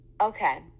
Okay